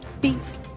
Beef